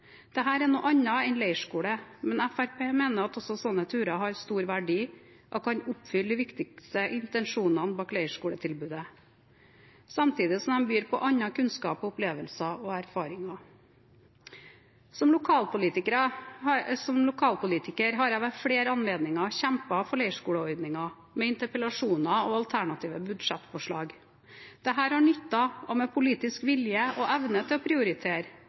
er noe annet enn leirskole, men Fremskrittspartiet mener at også slike turer har stor verdi og kan oppfylle de viktigste intensjonene bak leirskoletilbudet, samtidig som de byr på annen kunnskap, opplevelser og erfaringer. Som lokalpolitiker har jeg ved flere anledninger kjempet for leirskoleordningen, med interpellasjoner og alternative budsjettforslag. Dette har nyttet, og med politisk vilje og evne til å prioritere